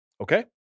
Okay